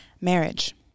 Marriage